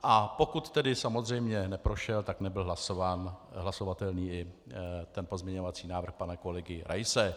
A pokud tedy samozřejmě neprošel, tak nebyl hlasovatelný pozměňovací návrh pana kolegy Raise.